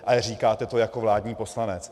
Ale říkáte to jako vládní poslanec.